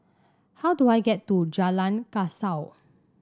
how do I get to Jalan Kasau